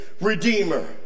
redeemer